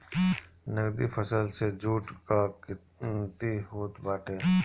नगदी फसल में जुट कअ गिनती होत बाटे